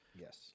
Yes